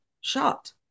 shot